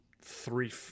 three